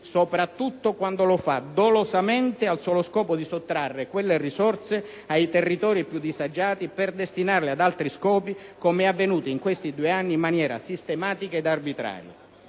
sopratutto quando lo fa dolosamente al solo scopo di sottrarre quelle risorse ai territori più disagiati per destinarle ad altri scopi, come è avvenuto in questi due anni, in maniera sistematica ed arbitraria.